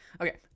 Okay